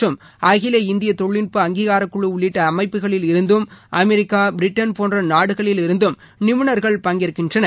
மற்றும் அகில இந்திய தொழில்நட்ப அங்கிகார குழு உள்ளிட்ட அமைப்புகளில் இருந்தும் அமெரிக்கா பிரிட்டன் போன்ற நாடுகளில் இருந்தும் நிபுணர்கள் பங்கேற்கிறார்கள்